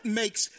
makes